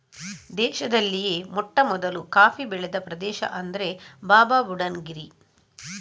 ದೇಶದಲ್ಲಿಯೇ ಮೊಟ್ಟಮೊದಲು ಕಾಫಿ ಬೆಳೆದ ಪ್ರದೇಶ ಅಂದ್ರೆ ಬಾಬಾಬುಡನ್ ಗಿರಿ